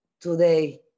today